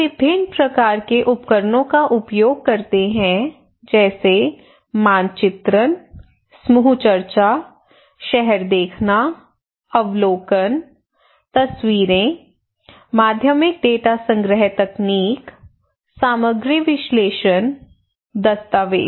हम विभिन्न प्रकार के उपकरणों का उपयोग करते हैं जैसे मानचित्रण समूह चर्चा शहर देखना अवलोकन तस्वीरें माध्यमिक डेटा संग्रह तकनीक सामग्री विश्लेषण दस्तावेज